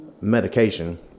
medication